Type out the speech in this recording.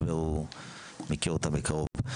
הוא מכיר מקרוב.